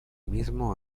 mismo